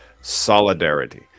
solidarity